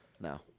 No